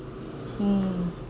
mm